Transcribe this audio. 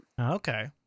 Okay